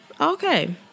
Okay